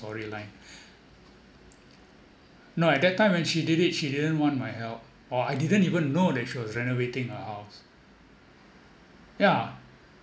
storyline no at that time when she did it she didn't want my help or I didn't even know that she was renovating her house ya